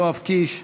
יואב קיש,